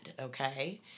okay